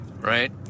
right